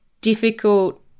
difficult